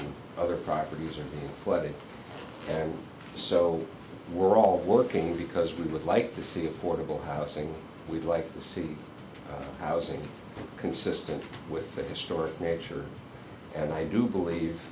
are other properties are flooded and so we're all working because we would like to see affordable housing we'd like to see housing consistent with the historic nature and i do believe